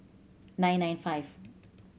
nine nine five